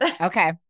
okay